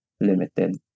limited